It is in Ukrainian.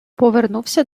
повернувся